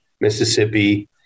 Mississippi